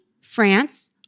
France